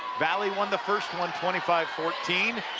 valley won the first one, twenty five fourteen.